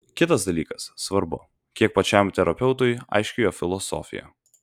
kitas dalykas svarbu kiek pačiam terapeutui aiški jo filosofija